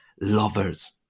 lovers